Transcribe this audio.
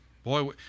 Boy